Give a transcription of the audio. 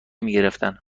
میگرفتن